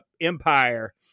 empire